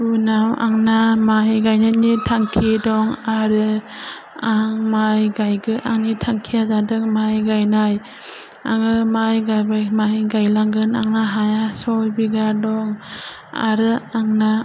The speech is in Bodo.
उनाव आंना माइ गायनायनि थांखि दं आरो आं माइ गायगोन आंनि थांखिया जादों माइ गायनाय आङो माइ गायबाय माइ गायलांगोन आंना हाया चय बिघा दं आरो आंना